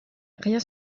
rien